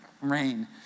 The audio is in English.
rain